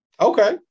okay